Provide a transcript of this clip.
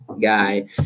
guy